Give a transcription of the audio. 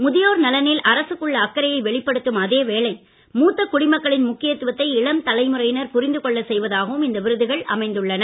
முதியோர் நலனில் அரசுக்குள்ள அக்கறையை வெளிப்படுத்தும் அதே வேளை மூத்த குடிமக்களின் முக்கியத்துவத்தை இளம் தலைமுறையினர் புரிந்து கொள்ளச் செய்வதாகவும் இந்த விருதுகள் அமைந்துள்ளன